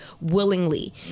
willingly